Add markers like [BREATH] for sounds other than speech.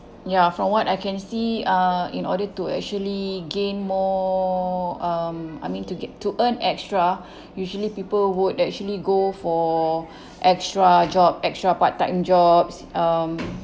ya from what I can see uh in order to actually gain more um I mean to ga~ to earn extra usually people would actually go for [BREATH] extra job extra part time jobs um